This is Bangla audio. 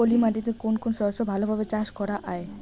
পলি মাটিতে কোন কোন শস্য ভালোভাবে চাষ করা য়ায়?